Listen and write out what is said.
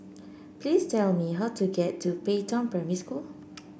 please tell me how to get to Pei Tong Primary School